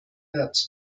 wird